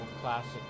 classic